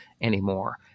anymore